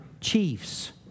chiefs